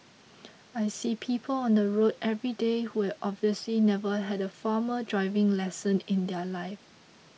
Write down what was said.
I see people on the road everyday who have obviously never had a formal driving lesson in their life